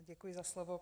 Děkuji za slovo.